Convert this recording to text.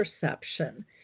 perception